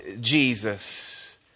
Jesus